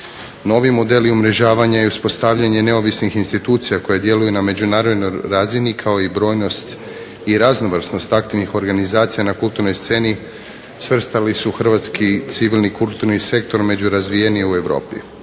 Novi modeli umrežavanja i uspostavljanje neovisnih institucija koje djeluju na međunarodnoj razini kao i brojnost i raznovrsnost taktilnih organizacija na kulturnoj sceni svrstali su hrvatski civilni kulturni sektor među razvijenije u Europi.